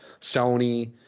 Sony